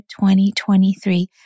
2023